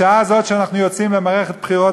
בשעה זו שאנחנו יוצאים למערכת בחירות,